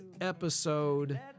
episode